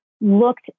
looked